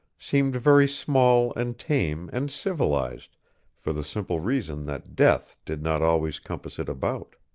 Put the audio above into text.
seemed very small and tame and civilized for the simple reason that death did not always compass it about.